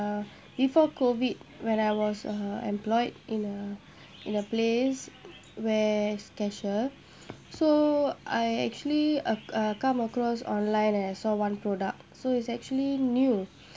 uh before COVID when I was uh employed in a in a place where as cashier so I actually uh come across online and I saw one product so it's actually new